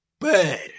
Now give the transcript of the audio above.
bad